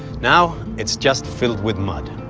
now it's just filled with mud.